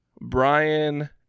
Brian